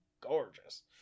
gorgeous